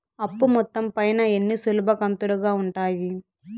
అప్పు మొత్తం పైన ఎన్ని సులభ కంతులుగా ఉంటాయి?